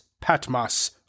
Patmos